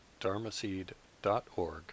dharmaseed.org